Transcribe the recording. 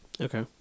Okay